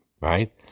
Right